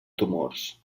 tumors